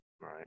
Right